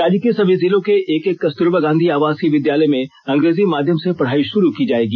राज्य के सभी जिलों के एक एक कस्तुरबा गांधी आवासीय विद्यालय में अंग्रेजी माध्यम से पढ़ाई षुरू की जायेगी